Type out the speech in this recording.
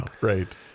Right